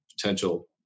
potential